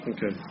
Okay